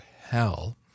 hell